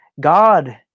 God